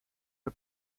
del